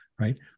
right